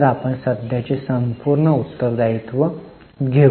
तर आपण सध्याची संपूर्ण उत्तर दायित्व घेऊ